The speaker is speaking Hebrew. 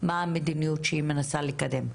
מה המדיניות שהיא מנסה לקדם,